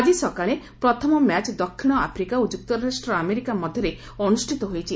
ଆଜି ସକାଳେ ପ୍ରଥମ ମ୍ୟାଚ୍ ଦକ୍ଷିଣ ଆଫ୍ରିକା ଓ ଯୁକ୍ତରାଷ୍ଟ ଆମେରିକା ମଧ୍ୟରେ ଅନୁଷିତ ହୋଇଛି